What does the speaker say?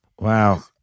Wow